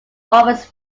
office